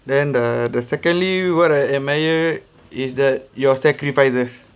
then the the secondly what I admire is that your sacrifices